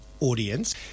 Audience